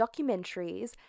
documentaries